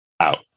out